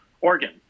organ